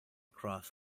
cross